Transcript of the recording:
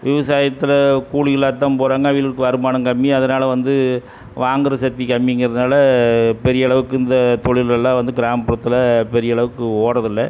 விவசாயத்தில் கூலி இல்லாதுதான் போகிறாங்க அவகளுக்கு வருமானம் கம்மி அதனால் வந்து வாங்குற சக்தி கம்மிங்கிறதனால பெரிய அளவுக்கு இந்த தொழில்கள்லாம் வந்து கிராமப்புறத்தில் பெரிய அளவுக்கு ஓடுறதில்ல